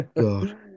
God